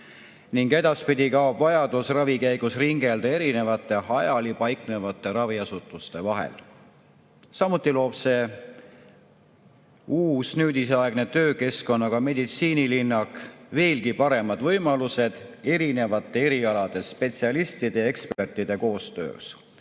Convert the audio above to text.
ning edaspidi kaob vajadus ravi käigus ringelda erinevate hajali paiknevate raviasutuste vahel. Samuti loob see uus nüüdisaegse töökeskkonnaga meditsiinilinnak veelgi paremad võimalused erinevate erialade spetsialistide ja ekspertide koostööks. Minu